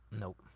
Nope